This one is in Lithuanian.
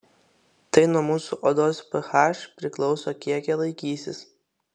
tai nuo mūsų odos ph priklauso kiek jie laikysis